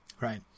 Right